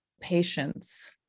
patience